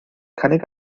cynnig